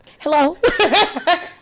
Hello